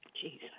Jesus